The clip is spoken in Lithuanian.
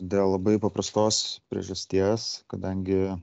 dėl labai paprastos priežasties kadangi